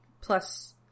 Plus